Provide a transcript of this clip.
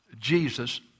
Jesus